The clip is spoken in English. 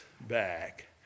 back